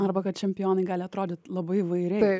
arba kad čempionai gali atrodyti labai įvairiai